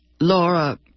Laura